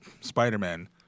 Spider-Man